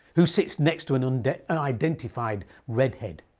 who sits next to an and unidentified redhead.